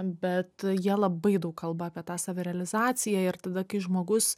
bet jie labai daug kalba apie tą savirealizaciją ir tada kai žmogus